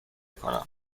کنم